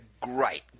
great